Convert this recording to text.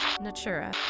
Natura